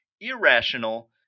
irrational